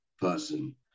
person